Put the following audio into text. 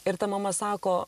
ir ta mama sako